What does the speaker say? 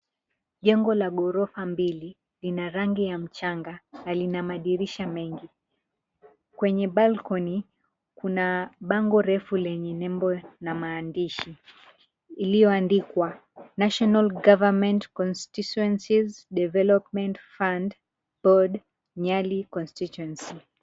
Jengo la ghorofa mbili lina rangi ya mchanga na lina madirisha mengi. Kwenye balcony kuna bango refu lenye nembo na maandishi ilioandikwa, ''NATIONAL GOVERNMENT CONSTITUENCIES DEVELOPMENT FUND BOARD NYALI CONSTITUENCY.''